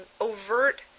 overt